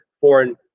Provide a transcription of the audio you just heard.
foreign